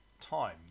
time